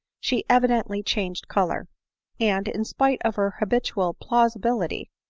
she evidently changed color and, in spite of her habitual plausibility,